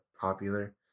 popular